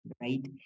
right